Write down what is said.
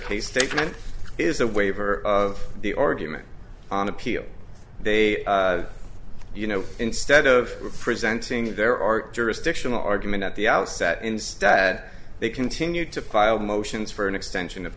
case statement is a waiver of the argument on appeal they you know instead of presenting their art jurisdictional argument at the outset instead they continued to file motions for an extension of